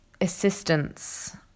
assistance